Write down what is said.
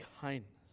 kindness